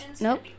nope